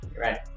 right